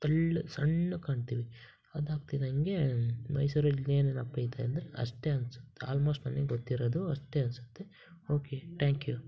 ತೆಳ್ಳಗೆ ಸಣ್ಣಕ್ಕೆ ಕಾಣ್ತೀವಿ ಅದಾಗ್ತಿದ್ದಂಗೆ ಮೈಸೂರಲ್ಲಿ ಇನ್ನೇನೇನಪ್ಪಾ ಇದೆ ಅಂದರೆ ಅಷ್ಟೇ ಅನ್ಸುತ್ತೆ ಆಲ್ಮೋಸ್ಟ್ ನನಗೆ ಗೊತ್ತಿರೋದು ಅಷ್ಟೇ ಅನಿಸುತ್ತೆ ಓಕೆ ಟ್ಯಾಂಕ್ ಯು